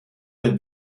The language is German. der